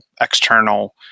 external